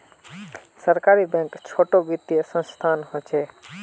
सहकारी बैंक छोटो वित्तिय संसथान होछे